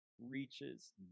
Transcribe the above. Reaches